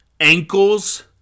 ankles